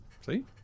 See